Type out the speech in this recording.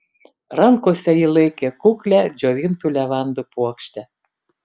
rankose ji laikė kuklią džiovintų levandų puokštę